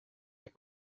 bien